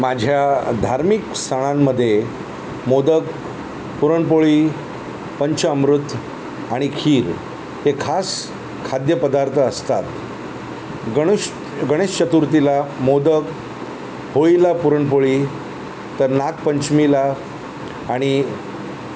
माझ्या धार्मिक सथळांमध्ये मोदक पुरणपोळी पंचअमृत आणि खीर हे खास खाद्यपदार्थ असतात गणुश गणेश चतुर्थीला मोदक होळीला पुरणपोळी तर नागपंचमीला आणि